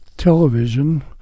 Television